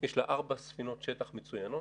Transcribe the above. יש לה ארבע ספינות שטח מצוינות,